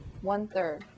one-third